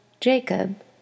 Jacob